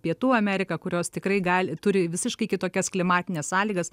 pietų amerika kurios tikrai gali turi visiškai kitokias klimatines sąlygas